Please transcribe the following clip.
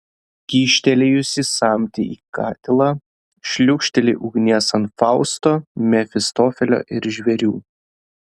kyštelėjusi samtį į katilą šliūkšteli ugnies ant fausto mefistofelio ir žvėrių